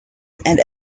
and